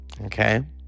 Okay